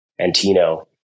Antino